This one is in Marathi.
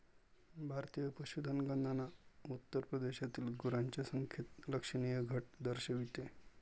भारतीय पशुधन गणना उत्तर प्रदेशातील गुरांच्या संख्येत लक्षणीय घट दर्शवते